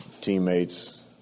teammates